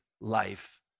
life